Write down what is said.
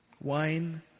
wine